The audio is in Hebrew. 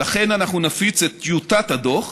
עד סוף